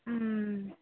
ꯎꯝ